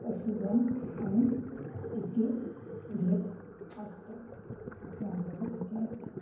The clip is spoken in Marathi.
पशुधन आणि पिके घेत असतो असे आमच्याकडे पिके आहेत